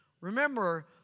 Remember